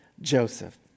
Joseph